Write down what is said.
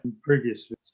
previously